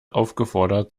aufgefordert